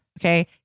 Okay